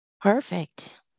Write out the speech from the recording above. Perfect